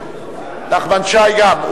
נחמן שי גם.